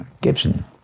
Gibson